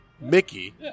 Mickey